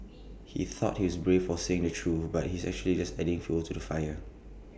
he thought he's brave for saying the truth but he's actually just adding fuel to the fire